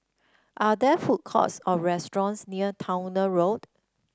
are there food courts or restaurants near Towner Road